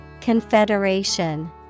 Confederation